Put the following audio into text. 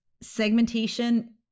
segmentation